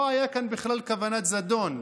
לא הייתה כאן בכלל כוונות זדון,